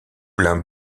plains